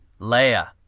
leia